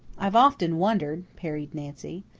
i've often wondered, parried nancy.